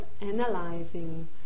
analyzing